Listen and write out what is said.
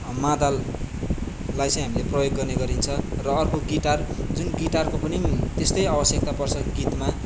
मादललाई चाहिँ हामीले प्रयोग गर्ने गरिन्छ र अर्को गिटार जुन गिटारको पनि त्यस्तै अवश्यकता पर्छ गीतमा